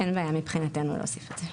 אין בעיה מבחינתנו להוסיף את זה.